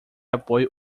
apoio